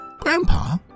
Grandpa